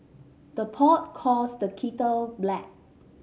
the pot calls the kettle black